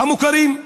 המוכרים.